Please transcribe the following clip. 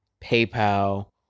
PayPal